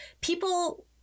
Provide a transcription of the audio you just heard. people